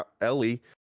Ellie